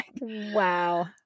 wow